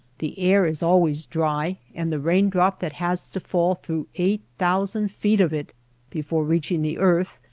the air is always dry and the rain drop that has to fall through eight thousand feet of it before reaching the earth,